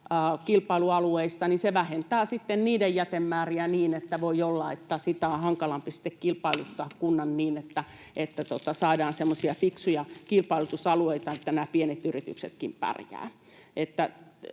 kilpailualueista, se vähentää niiden jätemääriä niin, että voi olla, että sitä on kunnan hankalampi kilpailuttaa niin, että saadaan semmoisia fiksuja kilpailutusalueita, että pienetkin yritykset pärjäävät.